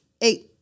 eight